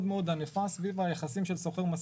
מאוד עניפה סביב היחסים של שוכר ומשכיר.